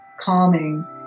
calming